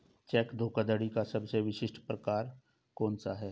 Check धोखाधड़ी का सबसे विशिष्ट प्रकार कौन सा है?